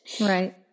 Right